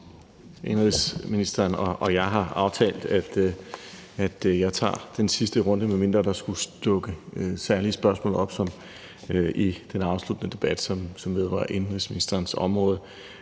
Indenrigsministeren og jeg har aftalt, at jeg tager den sidste runde, medmindre der skulle dukke særlige spørgsmål op i den afsluttende debat, som vedrører indenrigsministerens område.